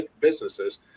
businesses